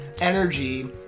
energy